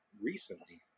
recently